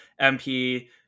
MP